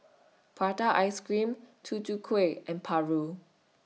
Prata Ice Cream Tutu Kueh and Paru